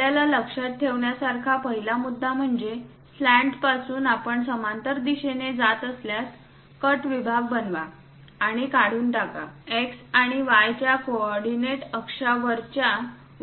आपल्याला लक्षात ठेवण्यासारखा पहिला मुद्दा म्हणजे स्लॅन्टपासून आपण समांतर दिशेने जात असल्यास कट विभाग बनवा आणि काढून टाका x आणि y च्या कोऑर्डिनेटअक्षा वरच्या